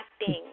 acting